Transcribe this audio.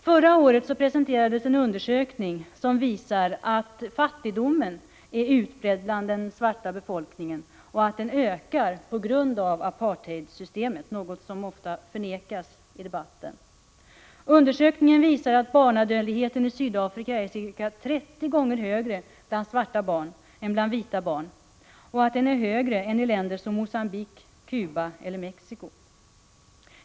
Förra året presenterades en undersökning som visar att fattigdomen är utbredd bland den svarta befolkningen och att den ökar på grund av apartheidsystemet, något som ofta förnekas i debatten. Undersökningen visar att barnadödligheten i Sydafrika är ca 30 gånger högre bland svarta barn än bland vita barn och att den är högre än i länder som Mogambique, Cuba eller Mexiko.